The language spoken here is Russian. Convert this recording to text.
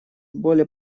более